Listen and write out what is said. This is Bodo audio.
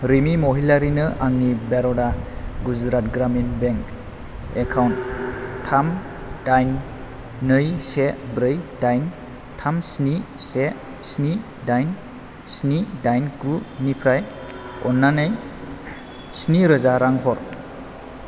रिमि महिलारिनो आंनि बर'दा गुजरात ग्रामिन बेंक एकाउन्ट थाम दाइन नै से ब्रै दाइन थाम स्नि से स्नि दाइन स्नि दाइन गुनिफ्राय अन्नानै स्निरोजा रां हर